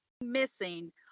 missing